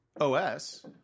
OS